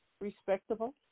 Respectable